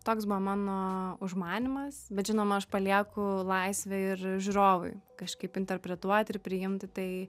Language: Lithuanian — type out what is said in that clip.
toks buvo mano užmanymas bet žinoma aš palieku laisvę ir žiūrovui kažkaip interpretuoti ir priimti tai